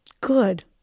Good